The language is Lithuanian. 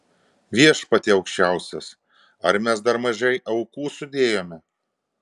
viešpatie aukščiausias ar mes dar mažai aukų sudėjome